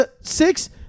six